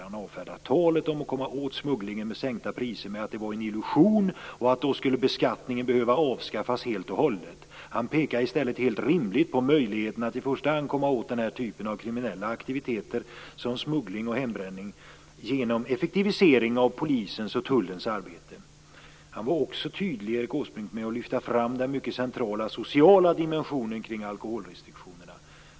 Han avfärdade talet om att komma åt smugglingen med sänkta priser med att det var en illusion och att beskattningen i så fall skulle behöva avskaffas helt och hållet. Han pekade i stället, vilket är helt rimligt, på möjligheten att komma åt den här typen av kriminella aktiviteter som smuggling och hembränning genom effektivisering av polisens och tullens arbete. Erik Åsbrink var också tydlig när han lyfte fram den mycket centrala sociala dimensionen kring alkoholrestriktionerna.